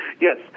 Yes